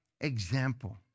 example